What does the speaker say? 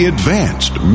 Advanced